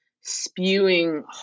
spewing